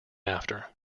after